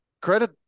credit